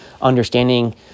understanding